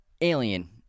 Alien